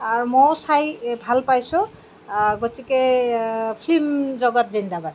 আৰু মইও চাই ভাল পাইছো গতিকে ফিল্ম জগত জিন্দাবাদ